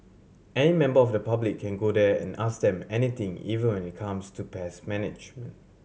any member of the public can go there and ask them anything even when it comes to pest management